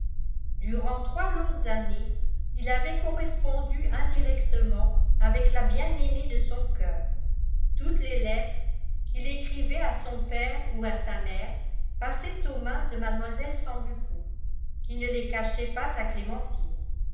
durant trois longues années il avait correspondu indirectement avec la bien-aimée de son coeur toutes les lettres qu'il écrivait à son père ou à sa mère passaient aux mains de mlle sambucco qui ne les cachait pas à clémentine